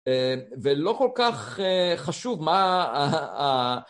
ולא כל כך חשוב מה...